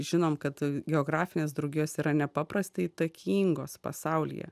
žinom kad geografinės draugijos yra nepaprastai įtakingos pasaulyje